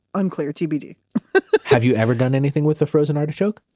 unclear, tbd have you ever done anything with a frozen artichoke?